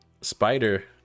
spider